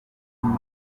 mpano